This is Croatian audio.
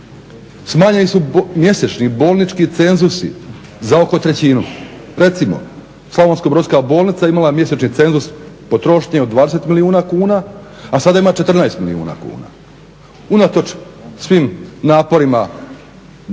Smanjeni su mjesečni bolnički cenzusi, za oko trećinu. Recimo slavonsko brodska bolnica je imala mjesečni cenzus potrošnje od 20 milijuna kuna a sada ima 14 milijuna kuna unatoč svim naporima